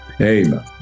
amen